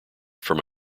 from